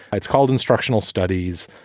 but it's called instructional studies.